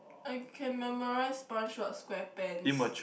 I can memorise SpongeBob-SquarePants